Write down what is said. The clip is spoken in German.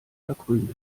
verkrümelt